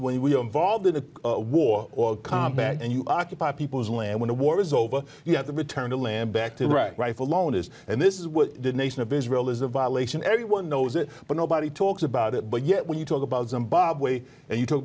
when you when we are involved in a war or combat and you occupy people's land when a war is over you have to return the land back to red rifle lowness and this is what the nation of israel is a violation everyone knows it but nobody talks about it but yet when you talk about zimbabwe and you t